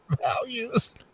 values